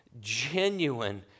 genuine